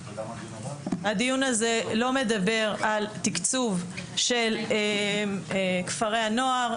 הדיון הזה לא מדבר על תקצוב של כפרי הנוער,